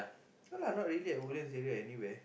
no lah not really at Woodlands area anywhere